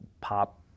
pop